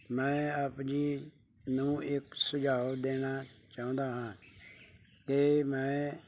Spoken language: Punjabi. ਮੈਂ ਆਪ ਜੀ ਨੂੰ ਇੱਕ ਸੁਝਾਓ ਦੇਣਾ ਚਾਹੁੰਦਾ ਹਾਂ ਕਿ ਮੈਂ